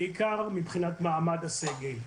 בעיקר מבחינת מעמד הסגל.